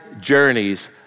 journeys